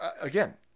again